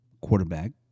quarterback